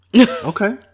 okay